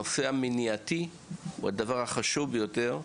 הנושא המניעתי הוא הדבר החשוב ביותר,